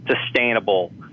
sustainable